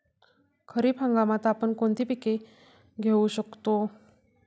खरीप हंगामात आपण कोणती कोणती पीक घेऊ शकतो?